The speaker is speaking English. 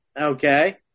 okay